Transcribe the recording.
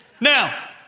Now